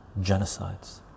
genocides